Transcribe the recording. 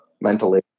mentally